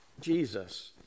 Jesus